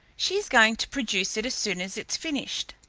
she is going to produce it as soon as it's finished.